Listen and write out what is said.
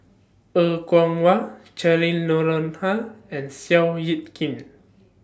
Er Kwong Wah Cheryl Noronha and Seow Yit Kin